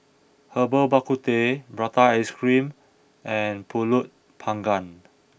Herbal Bak Ku Teh Prata Ice Cream and Pulut Panggang